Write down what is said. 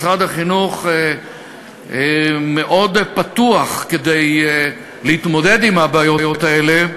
משרד החינוך מאוד פתוח כדי להתמודד עם הבעיות האלה,